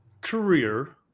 career